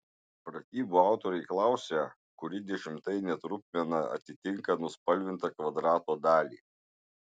pratybų autoriai klausia kuri dešimtainė trupmena atitinka nuspalvintą kvadrato dalį